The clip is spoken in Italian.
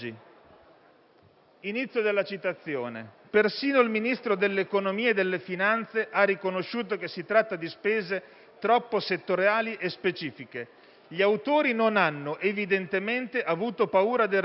Inizio della citazione: